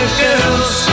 girls